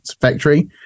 factory